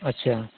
अच्छा